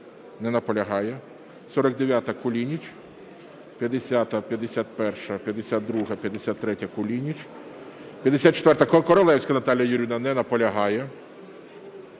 Не наполягає. 49-а, Кулініч. 50-а, 51-а, 52-а, 53-я, Кулініч. 54-а, Королевська Наталія Юріївна. Не наполягає.